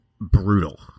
brutal